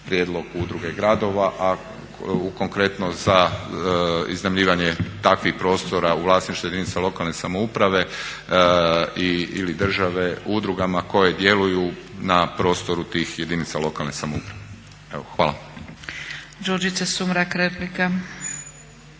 prijedlog Udruge gradova, a konkretno za iznajmljivanje takvih prostora u vlasništvu jedinice lokalne samouprave ili države udrugama koje djeluju na prostoru tih jedinica lokalne samouprave. Hvala.